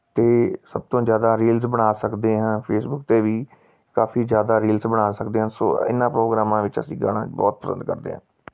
ਅਤੇ ਸਭ ਤੋਂ ਜ਼ਿਆਦਾ ਰੀਲਸ ਬਣਾ ਸਕਦੇ ਹਾਂ ਫੇਸਬੁੱਕ 'ਤੇ ਵੀ ਕਾਫੀ ਜ਼ਿਆਦਾ ਰੀਲਸ ਬਣਾ ਸਕਦੇ ਹਾਂ ਸੋ ਇਹਨਾਂ ਪ੍ਰੋਗਰਾਮਾਂ ਵਿੱਚ ਅਸੀਂ ਗਾਉਣਾ ਬਹੁਤ ਪਸੰਦ ਕਰਦੇ ਹਾਂ